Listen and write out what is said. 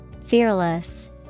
Fearless